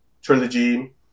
trilogy